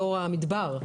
דור המדבר, המייסד.